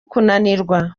kunanirwa